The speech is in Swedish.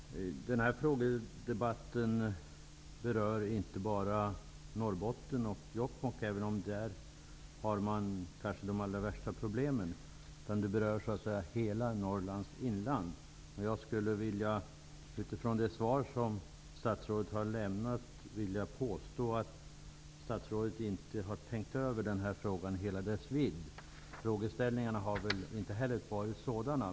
Herr talman! Den här interpellationsdebatten berör inte bara Norrbotten och Jokkmokk, även om man där kanske har de allra värsta problemen, utan den berör hela Norrlands inland. Utifrån det svar som statsrådet har lämnat skulle jag vilja påstå att statsrådet inte har tänkt över denna fråga i hela dess vidd. Frågeställningarna har väl inte heller varit sådana.